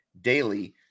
daily